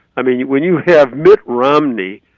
i mean, when you have mitt romney